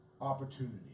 opportunity